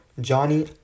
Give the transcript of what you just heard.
Johnny